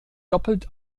doppelt